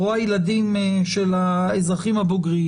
או הילדים של האזרחים הבוגרים,